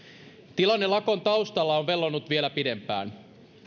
tilanne lakon taustalla on vellonut vielä pidempään